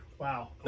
Wow